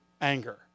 anger